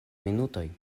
minutoj